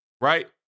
right